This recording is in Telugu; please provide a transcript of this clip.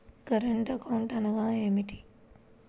కరెంట్ అకౌంట్ అనగా ఏమిటి?